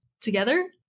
together